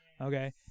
Okay